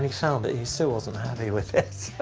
he found it, he still wasn't happy with it.